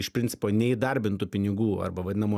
iš principo neįdarbintų pinigų arba vadinamų